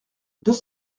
deux